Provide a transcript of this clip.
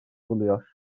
buluyor